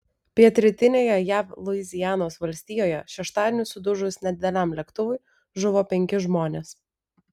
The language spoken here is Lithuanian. pietrytinėje jav luizianos valstijoje šeštadienį sudužus nedideliam lėktuvui žuvo penki žmonės